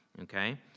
okay